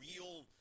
real